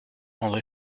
andré